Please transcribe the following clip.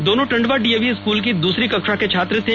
दोनों Tandwa DAV school की दूसरी कक्षा के छात्र थे